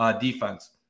defense